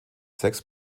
sechs